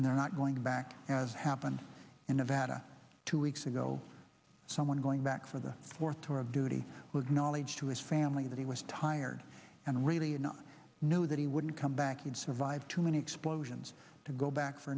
and they're not going back as happened in nevada two weeks ago someone going back for the fourth tour of duty with knowledge to his family that he was tired and really you know knew that he wouldn't come back and survive too many explosions to go back for